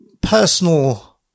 personal